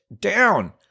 down